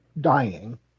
dying